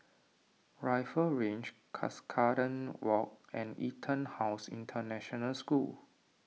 Rifle Range Cuscaden Walk and EtonHouse International School